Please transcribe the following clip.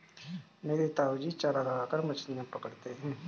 मेरे ताऊजी चारा लगाकर मछलियां पकड़ते हैं